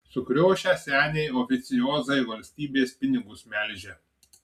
sukriošę seniai oficiozai valstybės pinigus melžia